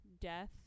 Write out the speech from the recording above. death